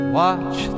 watch